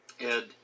Ed